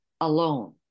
alone